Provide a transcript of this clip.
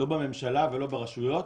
לא בממשלה ולא ברשויות.